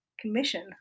commission